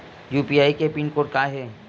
UPI के pin code का हे?